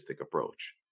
approach